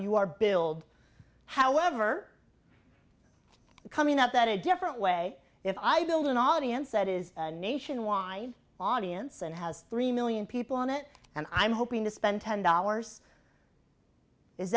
you are billed however coming up that a different way if i build an audience that is nationwide audience and has three million people on it and i'm hoping to spend ten dollars is